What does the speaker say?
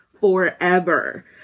forever